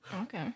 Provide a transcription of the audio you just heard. Okay